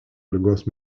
ligos